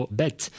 bet